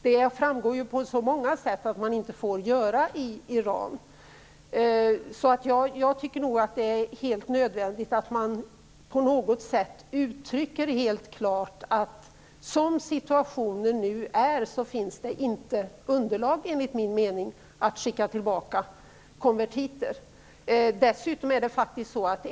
Det framgår på så många sätta att man inte får göra det i Iran. Jag tycker att det är nödvändigt att utskottet på något sätt klart uttrycker att det som situationen nu är inte finns underlag för att skicka tillbaka konvertiter.